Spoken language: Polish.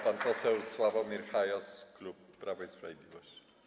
Pan poseł Sławomir Hajos, klub Prawo i Sprawiedliwość.